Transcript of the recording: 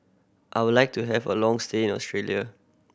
I would like to have a long stay in Australia